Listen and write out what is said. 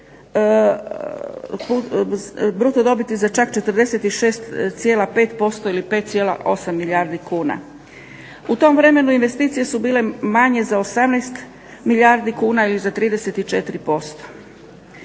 bruto dobiti za čak 46,5% ili 5,8 milijardi kuna. U tom vremenu investicije su bile manje za 18 milijardi kuna ili za 34%.